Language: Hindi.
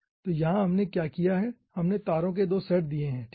तो यहां हमने क्या किया है हमने तारों के 2 सेट दिए हैं ठीक है